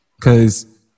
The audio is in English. Cause